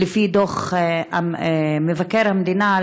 לפי דוח מבקר המדינה.